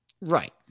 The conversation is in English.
Right